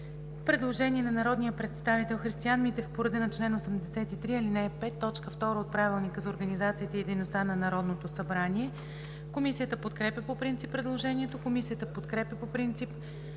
Предложение на народния представител Христиан Митев по реда на чл. 83, ал. 5, т. 2 от Правилника за организацията и дейността на Народното събрание. Комисията подкрепя по принцип предложението. Комисията подкрепя по принцип